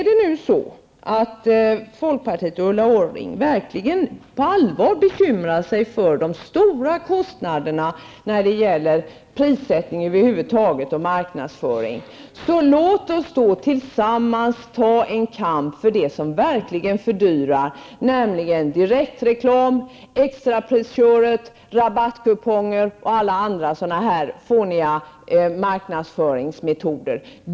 Om folkpartiet och Ulla Orring verkligen på allvar bekymrar sig för de stora kostnaderna för prissättning och marknadsföring över huvud taget, låt oss då tillsammans kämpa mot det som verkligen fördyrar, nämligen direktreklam, extrapriser, rabattkuponger och andra fåniga marknadsföringsmetoder.